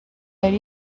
yari